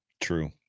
true